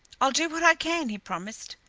i'll do what i can, he promised.